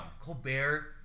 Colbert